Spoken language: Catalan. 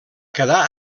quedar